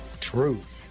Truth